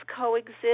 coexist